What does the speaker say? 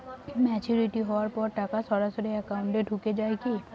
Maturity হওয়ার পর টাকা সরাসরি একাউন্ট এ ঢুকে য়ায় কি?